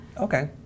Okay